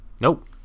nope